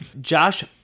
Josh